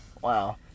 Wow